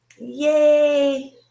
Yay